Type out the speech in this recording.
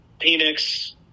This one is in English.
Phoenix